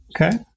Okay